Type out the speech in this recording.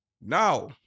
Now